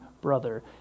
brother